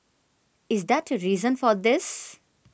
is that a reason for this